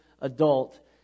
adult